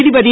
நீதிபதி